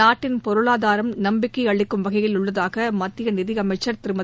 நாட்டின் பொருளாதாரம் நம்பிக்கை அளிக்கும் வகையில் உள்ளதாக மத்திய நிதியமைச்சர் திருமதி